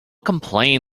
complain